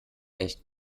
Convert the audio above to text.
echt